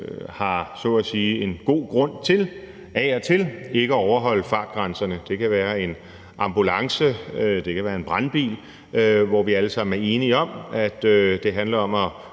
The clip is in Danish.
har en god grund til af og til ikke at overholde fartgrænserne? Det kan være føreren af en ambulance eller en brandbil, hvor vi alle sammen er enige om, at det mere handler om at